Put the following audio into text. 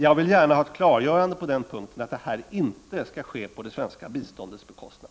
Jag vill gärna ha ett klargörande på den punkten, att detta inte skall ske på den svenska biståndets bekostnad.